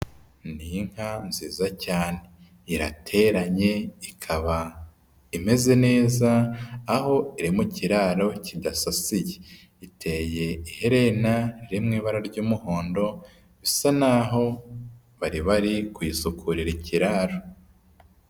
Ni inka nziza cyane irateranye ikaba imeze neza aho iri mu kiraro kidasasiye. Iteye iherena riri mu ibara ry'umuhondo, bisa naho bari bari kuyisukurira ikiraro.